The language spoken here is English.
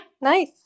Nice